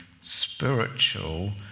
spiritual